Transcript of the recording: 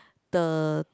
the